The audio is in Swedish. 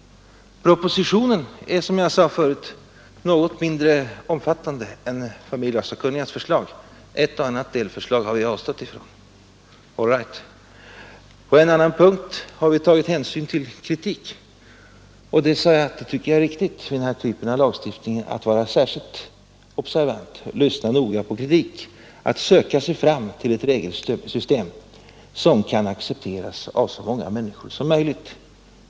Propositionen är, som jag sade förut, något mindre omfattande än familjelagssakkunnigas förslag. Ett och annat delförslag har vi avstått från. All right, på en eller annan punkt har vi tagit hänsyn till kritik, och jag sade också att jag tycker att det är riktigt vid denna typ av lagstiftning att vara särskilt observant och att lyssna noga på kritik, att söka sig fram till ett regelsystem som kan accepteras av så många människor som möjligt.